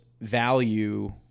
value